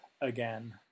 again